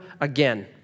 again